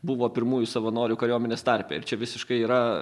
buvo pirmųjų savanorių kariuomenės tarpe ir čia visiškai yra